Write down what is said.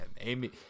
Amy